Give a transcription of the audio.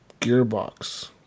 Gearbox